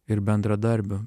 ir bendradarbių